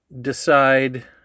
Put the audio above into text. decide